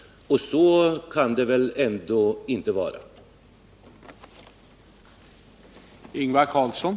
Men så kan det väl ändå inte förhålla sig?